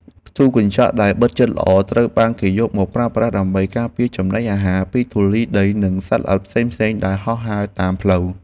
ទូកញ្ចក់ដែលបិទជិតល្អត្រូវបានគេយកមកប្រើប្រាស់ដើម្បីការពារចំណីអាហារពីធូលីដីនិងសត្វល្អិតផ្សេងៗដែលហោះហើរតាមផ្លូវ។